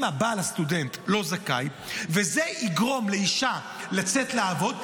אם הבעל הסטודנט לא זכאי וזה יגרום לאישה לצאת לעבוד,